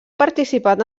participat